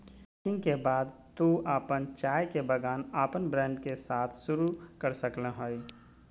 packing के बाद तू अपन चाय के अपन ब्रांड के साथ शुरू कर सक्ल्हो हें